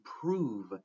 prove